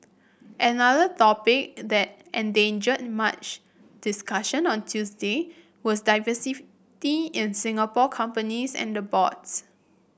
another topic that engendered much discussion on Tuesday was diversity in Singapore companies and boards